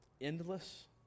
endless